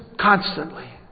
constantly